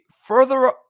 further